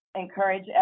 encourage